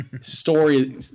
Story